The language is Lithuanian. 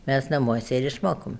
mes namuose ir išmokom